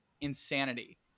insanity